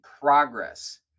progress